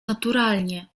naturalnie